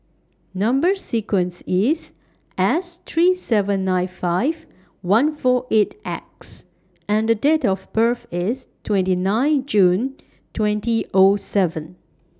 Number sequence IS S three seven nine five one four eight X and Date of birth IS twenty nine June twenty O seven